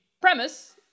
premise